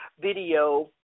video